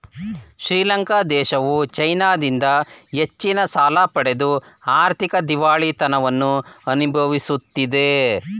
ಶ್ರೀಲಂಕಾ ದೇಶವು ಚೈನಾದಿಂದ ಹೆಚ್ಚಿನ ಸಾಲ ಪಡೆದು ಆರ್ಥಿಕ ದಿವಾಳಿತನವನ್ನು ಅನುಭವಿಸುತ್ತಿದೆ